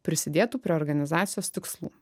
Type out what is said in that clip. prisidėtų prie organizacijos tikslų